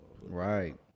Right